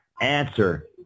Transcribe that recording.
answer